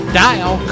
dial